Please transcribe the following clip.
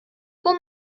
for